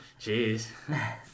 Jeez